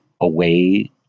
away